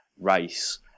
race